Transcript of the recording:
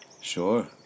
Sure